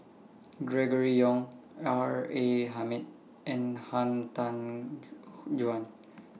Gregory Yong R A Hamid and Han Tan Juan